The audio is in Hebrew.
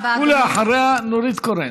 ואחריה, נורית קורן.